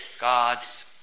God's